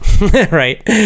right